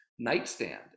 nightstand